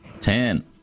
Ten